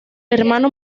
hermano